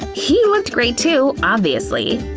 he looked great too, obviously.